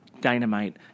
Dynamite